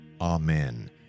Amen